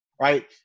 right